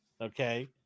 okay